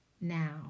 now